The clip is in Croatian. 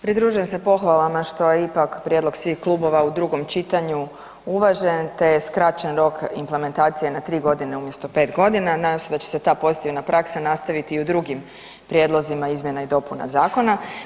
Pridružujem se pohvalama što je ipak prijedlog svih klubova u drugom čitanju uvažen te je skraćen rok implementacije na 3 g. umjesto 5 g., nadam se da će se ta pozitivna praksa nastaviti i u drugim prijedlozima izmjena i dopuna zakona.